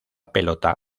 pelota